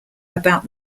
about